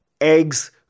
eggs